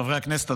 חברי הכנסת,